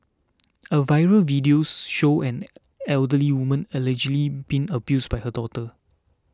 a viral video show an elderly woman allegedly being abused by her daughter